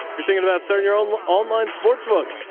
you're thinking about starting your own online sports book,